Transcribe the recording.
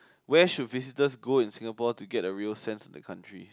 where should visitors go in Singapore to get a real sense of the country